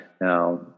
now